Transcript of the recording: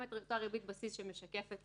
גם את אותה ריבית בסיס שמשקפת